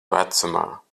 vecumā